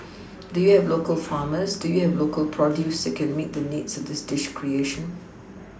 do you have local farmers do you have local produce that can meet the needs of this dish creation